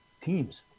teams